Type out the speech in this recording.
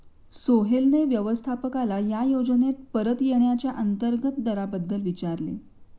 सोहेलने व्यवस्थापकाला या योजनेत परत येण्याच्या अंतर्गत दराबद्दल विचारले